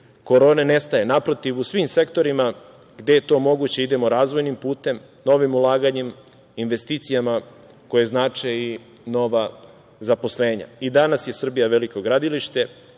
korone nestaje. Naprotiv, u svim sektorima gde je to moguće idemo razvojnim putem, novim ulaganjem, investicijama koje znače i nova zaposlenja. I danas je Srbija veliko gradilište